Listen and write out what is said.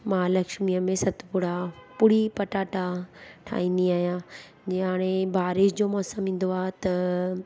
महालक्ष्मीअ में सतपुड़ा पुड़ी पटाटा ठाहींदी आहियां जीअं हाणे बारिश जो मौसम ईंदो आहे त